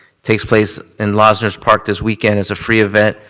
takes place in losner's park this weekend. it's a free event.